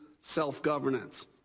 Self-governance